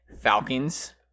Falcons